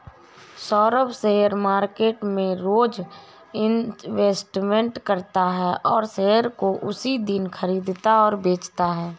Saurabh share market में रोज investment करता है और शेयर को उसी दिन खरीदता और बेचता है